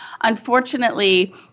unfortunately